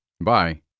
Bye